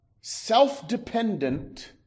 self-dependent